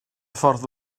ffordd